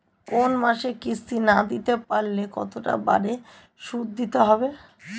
কোন মাসে কিস্তি না দিতে পারলে কতটা বাড়ে সুদ দিতে হবে?